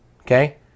okay